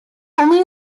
only